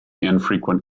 infrequent